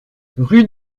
rue